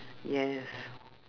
yes